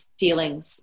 feelings